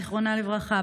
זיכרונה לברכה,